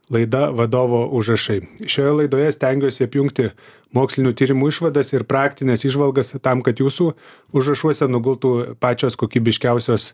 laida vadovo užrašai šioje laidoje stengiuosi apjungti mokslinių tyrimų išvadas ir praktines įžvalgas tam kad jūsų užrašuose nugultų pačios kokybiškiausios